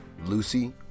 Lucy